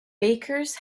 bakers